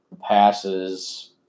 passes